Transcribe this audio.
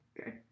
Okay